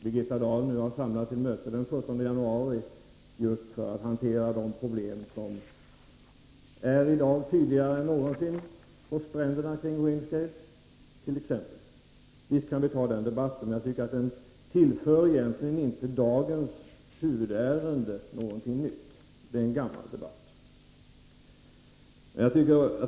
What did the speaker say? Birgitta Dahl har ju kallat till möte den 17 januari just för att diskutera hur man skall hantera de problem som i dag tydligare än någonsin har visat sig på stränderna kring Windscale. Visst kan vi föra den debatten! Men jag tycker inte att den egentligen tillför dagens huvudärende någonting nytt, utan det är en gammal debatt.